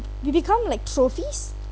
you become like trophies